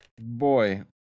Boy